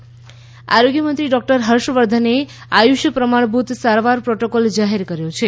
Harshvardhan Ayush protocol આરોગ્ય મંત્રી doctor હર્ષવર્ધને આયુષ પ્રમાણભૂત સારવાર પ્રોટોકોલ જાહેર કર્યો છે